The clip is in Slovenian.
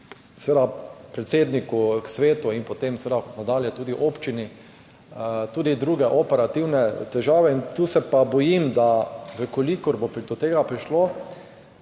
predsedniku, svetu in potem nadalje tudi občini, tudi druge operativne težave. Tu pa se bojim, da če bo do tega prišlo,